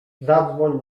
zadzwoń